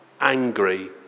angry